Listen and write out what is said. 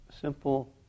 simple